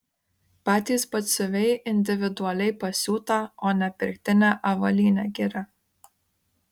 patys batsiuviai individualiai pasiūtą o ne pirktinę avalynę giria